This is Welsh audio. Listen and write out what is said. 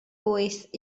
wyth